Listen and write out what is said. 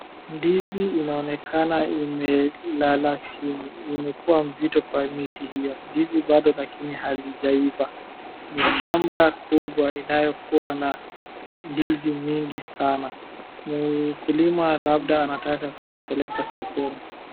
Ndizi inaonekana imelala chini imekua mzito kwa miti hiyo ndizi bado lakini halijaiva ni shamba kubwa inayokuwa na ndizi kubwa sana, mkulima labda anataka kuzipeleka sokoni.